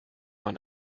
man